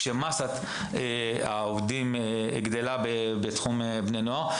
כאשר כמות העובדים בקרב בני הנוער גדלה,